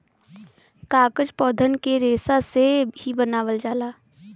कागज पौधन के रेसा से ही बनावल जाला